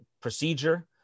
procedure